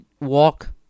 walk